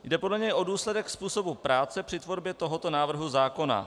Jde podle něj o důsledek způsobu práce při tvorbě tohoto návrhu zákona.